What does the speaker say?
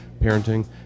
parenting